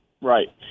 Right